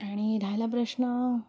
आणि राहिला प्रश्न